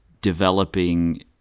developing